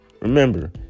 remember